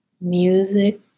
music